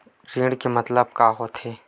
ऋण के मतलब का होथे?